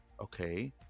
okay